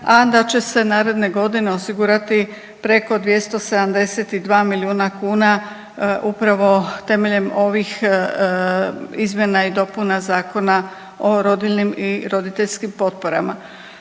a da će se naredne godine osigurati preko 272 milijuna kuna upravo temeljem ovih izmjena i dopuna Zakona o rodiljnim i roditeljskim potporama.